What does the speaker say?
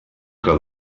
que